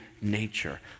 nature